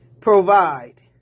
provide